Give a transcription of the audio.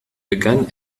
begann